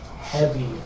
heavy